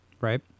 Right